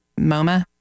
MoMA